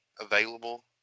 available